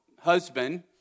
husband